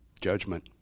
Judgment